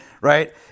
right